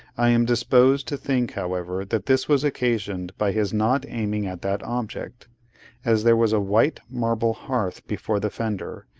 i am disposed to think, however, that this was occasioned by his not aiming at that object as there was a white marble hearth before the fender,